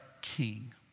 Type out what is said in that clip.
king